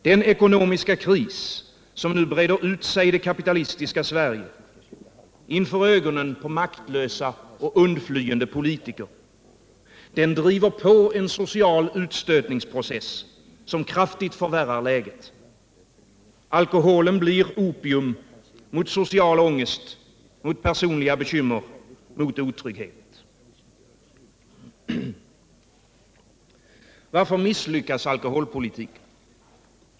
Den ekonomiska kris som nu breder ut sig i det kapitalistiska Sverige inför ögonen på maktlösa och undflyende politiker —- driver på en social utstötningsprocess, som kraftigt förvärrar läget. Alkoholen blir opium mot social ångest, mot personliga bekymmer, mot otrygghet. Varför misslyckas alkoholpolitiken?